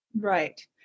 Right